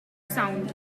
sound